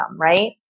right